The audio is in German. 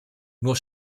nur